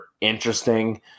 interesting